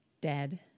dead